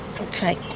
okay